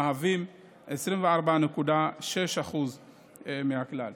המהווים 24.6% מכלל הכלים.